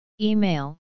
Email